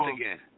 again